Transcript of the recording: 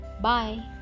Bye